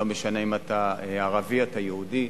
לא משנה אם אתה ערבי, אם אתה יהודי.